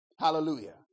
Hallelujah